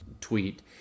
tweet